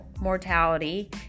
mortality